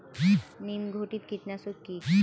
নিম ঘটিত কীটনাশক কি?